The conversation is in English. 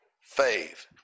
faith